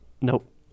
Nope